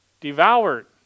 devoured